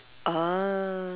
ah